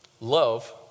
Love